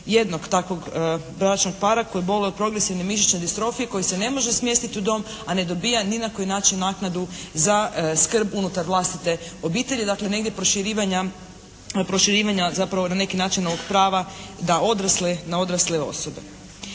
jednog takvog bračnog para koji boluje od progresivne mišićne distrofije koji se ne može smjestiti u dom a ne dobiva ni na koji način naknadu za skrb unutar vlastite obitelji. Dakle negdje proširivanja, proširivanja zapravo na neki način ovog prava da odrasle, na odrasle osobe.